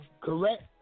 Correct